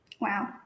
wow